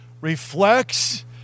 reflects